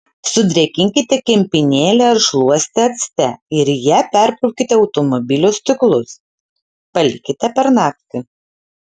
sudrėkinkite kempinėlę ar šluostę acte ir ja perbraukite automobilio stiklus palikite per naktį